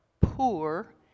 poor